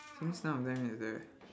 I think some of them is there